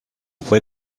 fue